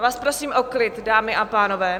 Já vás prosím o klid, dámy a pánové.